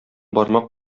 бармак